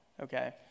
okay